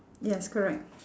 yes correct